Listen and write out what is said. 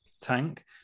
tank